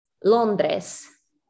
Londres